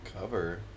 cover